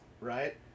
right